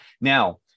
Now